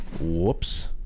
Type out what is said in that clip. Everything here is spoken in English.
Whoops